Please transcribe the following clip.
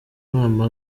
nama